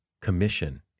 commission